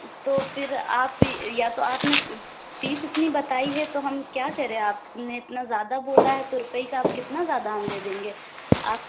تو پھر آپ ہی یا تو آپ نے فیس اتنی بتائی ہے تو ہم کیا کریں آپ نے اتنا زیادہ بولا ہے ترپائی کا کتنا زیادہ ہم دے دیں گے آپ